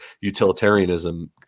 utilitarianism